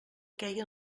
queia